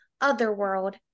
Otherworld